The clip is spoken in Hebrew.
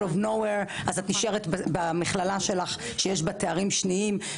אז את נשארת במכללה שלך שיש בה תארים שניים,